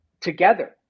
together